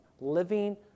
living